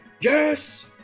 Yes